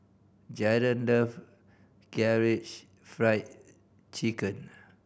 Jaron love Karaage Fried Chicken